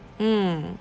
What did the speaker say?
mm